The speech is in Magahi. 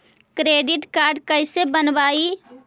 क्रेडिट कार्ड कैसे बनवाई?